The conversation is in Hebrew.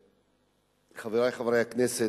חברי חברי הכנסת,